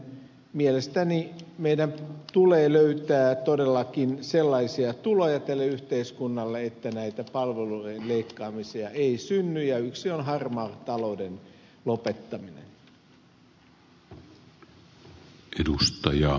mielestäni meidän tulee löytää todellakin sellaisia tuloja tälle yhteiskunnalle että näitä palveluiden leikkaamisia ei synny ja yksi toimenpide on harmaan talouden lopettaminen